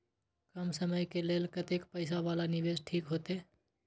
कम समय के लेल कतेक पैसा वाला निवेश ठीक होते?